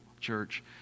church